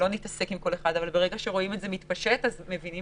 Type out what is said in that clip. אבל ברגע שרואים את זה מתפשט מבינים